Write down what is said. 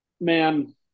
Man